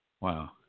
Wow